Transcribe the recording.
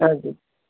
ਹਾਂਜੀ